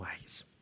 ways